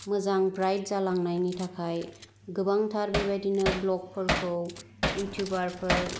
मोजां ब्राइट जालांनायनि थाखाय गोबांथार बेबादिनो ब्लगफोरखौ युटुबारफोर